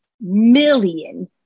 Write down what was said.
million